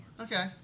Okay